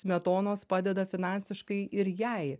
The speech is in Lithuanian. smetonos padeda finansiškai ir jai